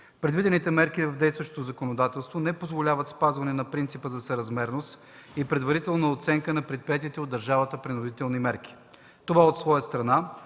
Предвидените мерки в действащото законодателство не позволяват спазване на принципа за съразмерност и предварителна оценка на предприетите от държавата принудителни мерки. Това от своя страна